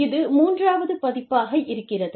இது மூன்றாவது பதிப்பாக இருக்கிறது